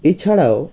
এছাড়াও